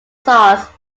sauce